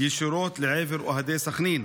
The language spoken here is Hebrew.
ישירות לעבר אוהדי סח'נין.